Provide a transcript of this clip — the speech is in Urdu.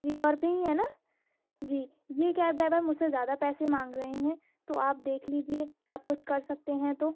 جی سو روپے ہی ہیں نا جی یہ کیب ڈرائیور مجھ سے زیادہ پیسے مانگ رہے ہیں تو آپ دیکھ لیجیے آپ کچھ کر سکتے ہیں تو